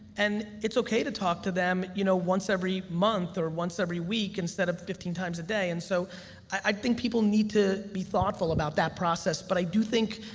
and it's okay to talk to them you know once every month or once every week instead of fifteen times a day. and so i think people need to be thoughtful about that process. but i do think,